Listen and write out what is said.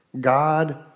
God